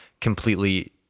completely